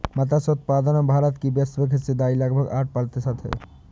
मत्स्य उत्पादन में भारत की वैश्विक हिस्सेदारी लगभग आठ प्रतिशत है